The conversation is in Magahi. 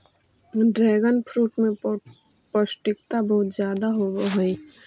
ड्रैगनफ्रूट में पौष्टिकता बहुत ज्यादा होवऽ हइ